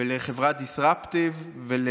לחברתDisruptive ,